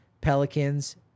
Pelicans